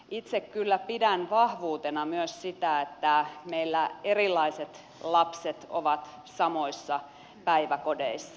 itse kyllä pidän vahvuutena myös sitä että meillä erilaiset lapset ovat samoissa päiväkodeissa